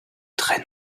très